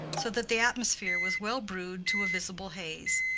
so that the atmosphere was well-brewed to a visible haze.